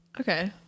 Okay